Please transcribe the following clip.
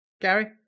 Gary